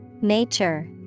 Nature